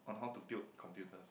on how to build computers